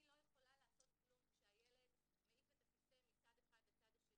אני לא יכולה לעשות כלום כשהילד מעיף את הכיסא מצד אחד לצד השני.